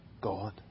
God